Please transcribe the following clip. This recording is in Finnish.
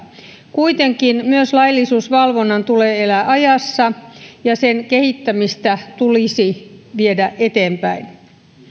kuitenkin myös laillisuusvalvonnan tulee elää ajassa ja sen kehittämistä tulisi viedä eteenpäin